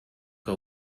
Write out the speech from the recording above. que